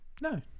no